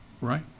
right